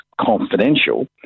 confidential